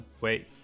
Wait